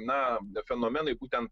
na fenomenui būtent